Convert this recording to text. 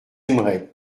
aimeraient